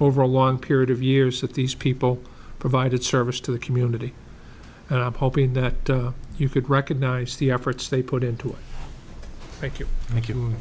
over a long period of years that these people provided service to the community and i'm hoping that you could recognize the efforts they put into it thank you